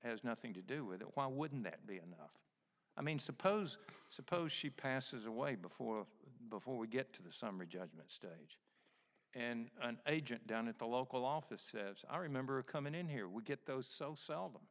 has nothing to do with it why wouldn't that be and i mean suppose suppose she passes away before before we get to the summary judgment stuff and an agent down at the local office says i remember coming in here we get those so seldom